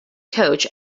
coach